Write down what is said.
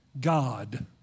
God